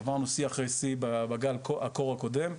עברנו שיא אחרי שיא בגל הקור הקודם.